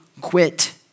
quit